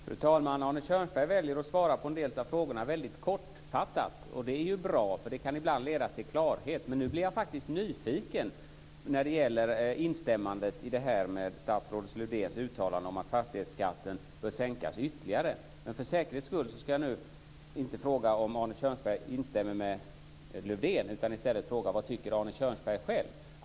Fru talman! Arne Kjörnsberg väljer att besvara en del av frågorna mycket kortfattat. Det är ju bra, därför att det kan ibland leda till klarhet. Men när det gäller instämmandet i statsrådet Lövdéns uttalande om att fastighetsskatten bör sänkas ytterligare blev jag faktiskt nyfiken. För säkerhets skull ska jag nu inte fråga om Arne Kjörnsberg instämmer med Lövdén utan i stället fråga vad Arne Kjörnsberg tycker själv.